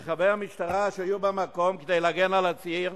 רכבי המשטרה שהיו במקום כדי להגן על הציר,